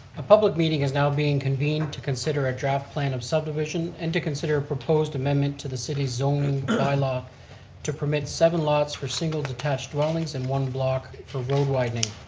a public meeting is now being convened to consider a draft plan of subdivision and to consider a proposed amendment to the city zoning bylaw to permit seven lots for single, detached dwellings and one block for road widening,